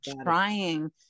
trying